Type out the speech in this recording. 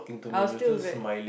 I was still very